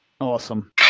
Awesome